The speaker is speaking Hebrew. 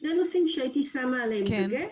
שני נושאים שהייתי שמה עליהם דגש,